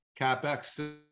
CapEx